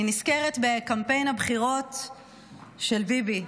אני נזכרת בקמפיין הבחירות של ביבי.